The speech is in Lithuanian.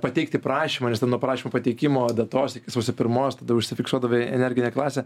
pateikti prašymą nes ten nuo prašymo pateikimo datos iki sausio pirmos tada užsifiksuodavai energinę klasę